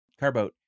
Carboat